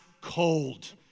cold